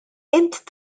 int